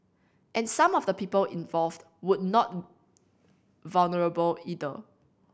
and some of the people involved would not vulnerable either